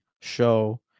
show